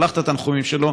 ששלח את התנחומים שלו,